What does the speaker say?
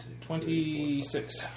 Twenty-six